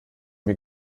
mir